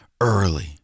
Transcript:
early